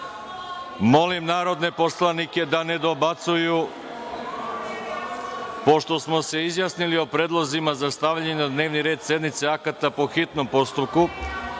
narodne poslanike da ne dobacuju. Pošto smo se izjasnili o predlozima za stavljanje na dnevni red sednice akata po hitnom postupku,